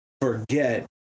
forget